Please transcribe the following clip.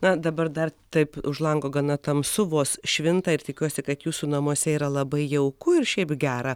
na dabar dar taip už lango gana tamsu vos švinta ir tikiuosi kad jūsų namuose yra labai jauku ir šiaip gera